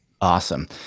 Awesome